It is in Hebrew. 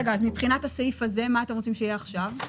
מבחינת הסעיף הזה, מה אתם רוצים שיהיה עכשיו?